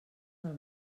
del